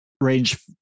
range